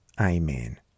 Amen